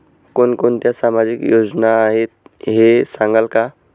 कोणकोणत्या सामाजिक योजना आहेत हे सांगाल का?